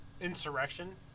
Insurrection